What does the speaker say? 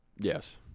Yes